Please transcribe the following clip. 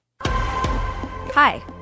Hi